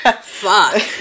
fuck